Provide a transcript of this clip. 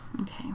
Okay